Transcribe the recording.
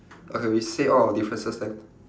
okay we say all our differences then